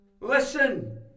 Listen